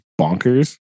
bonkers